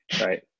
Right